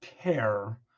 care